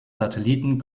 satelliten